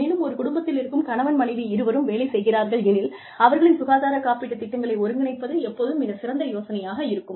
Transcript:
மேலும் ஒரு குடும்பத்திலிருக்கும் கணவன் மனைவி இருவரும் வேலை செய்கிறார்கள் எனில் அவர்களின் சுகாதார காப்பீட்டு திட்டங்களை ஒருங்கிணைப்பது எப்போதும் மிகச் சிறந்த யோசனையாக இருக்கும்